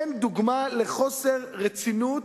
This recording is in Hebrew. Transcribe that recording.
אין דוגמה לחוסר רצינות